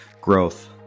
growth